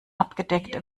abgedeckt